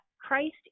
Christ